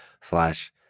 slash